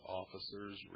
officers